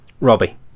robbie